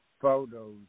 photos